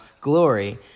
glory